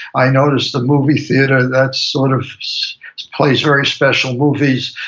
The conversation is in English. i noticed a movie theater that sort of plays very special movies,